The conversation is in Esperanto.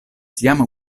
jam